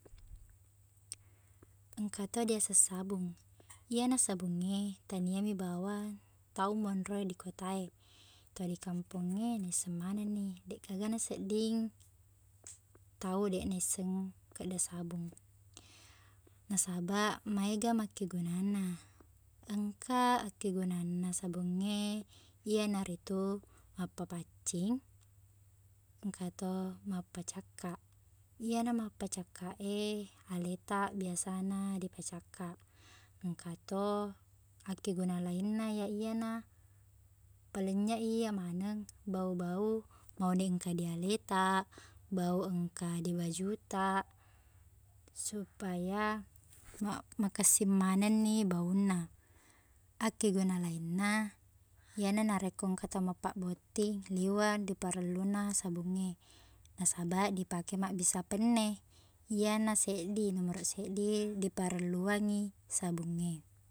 Engka to diaseng sabung iyena sabung e taniami bawang tau monro e di kota e ato di kampong e nisseng maneng ni deqgagana sedding tau deqnisseng kekda sabung nasaba maega makkegunanna engka akkegunanna sabung e iyena ritu mappapaccing engka to mappacakkaq iyena mappacakkaq e aletaq biasana dipacakkaq engka to akkeguna lainna iye-iyena palennye i iye maneng bau-bau mauni engka di aletaq bau engka e di wajuttaq supaya mak- makessing maneng ni baunna akkeguna lainna iyena narekko engka tau mappabbotting liweq diperellunna sabung e nasaba dipake maqbissa penne iyena seddi- nomor seddi diperelluang i sabung e